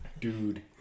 Dude